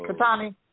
Katani